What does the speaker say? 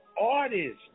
artists